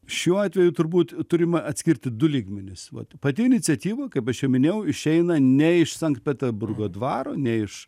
šiuo atveju turbūt turima atskirti du lygmenis vat pati iniciatyva kaip aš jau minėjau išeina ne iš sankt peteburgo dvaro ne iš